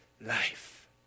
life